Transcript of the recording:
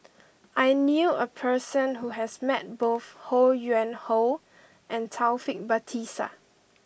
I knew a person who has met both Ho Yuen Hoe and Taufik Batisah